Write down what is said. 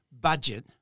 budget